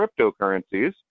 cryptocurrencies